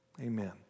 Amen